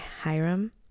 Hiram